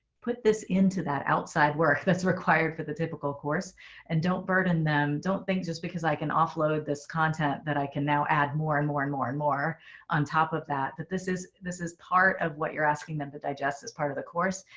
put this into that outside work that's required for the typical course and don't burden them. don't think just because i can offload this content that i can now add more and more and more and more on top of that, that this is this is part of what you're asking them to digest as part of the course.